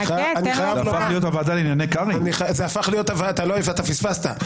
ניסים, אתה פספסת.